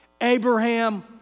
Abraham